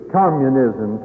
communism